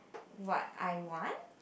what I want